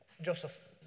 Joseph